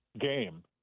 game